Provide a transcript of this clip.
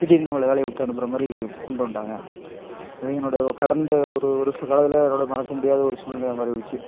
திடீர்னு நம்மமளை வேலையை விட்டு அனுப்புற மாதிரி கொண்டு வந்துட்டாங்க அது என்னோட கடந்த ஒரு ஒரு வர்ஷ காலத்தில் என்னோட மறக்க முடியாத ஒரு சூழ்நிலையாக மாறிவிடிச்சு